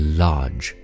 large